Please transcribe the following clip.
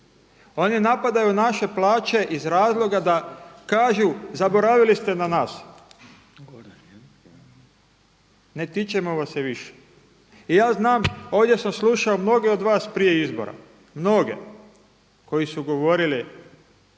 Oni napadaju naše plaće iz razloga da kažu: Zaboravili ste na nas. Ne tičemo vas se više. Ja znam, ovdje sam slušao mnoge od vas prije izbora. Mnoge, koji su govorili: